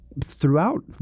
throughout